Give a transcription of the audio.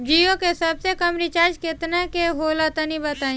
जीओ के सबसे कम रिचार्ज केतना के होला तनि बताई?